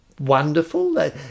Wonderful